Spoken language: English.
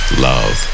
Love